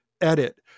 Edit